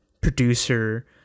producer